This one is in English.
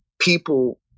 people